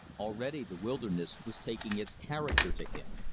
already the wilderness was taking its character to him.